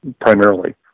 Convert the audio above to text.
primarily